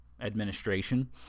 administration